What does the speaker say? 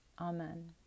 Amen